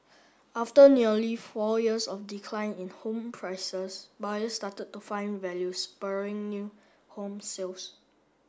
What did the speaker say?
after nearly four years of decline in home prices buyers started to find value spurring new home sales